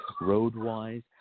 road-wise